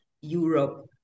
Europe